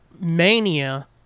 Mania